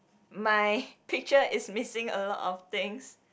my picture is missing a lot of things